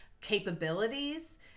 capabilities